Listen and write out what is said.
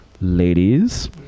Ladies